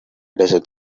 desert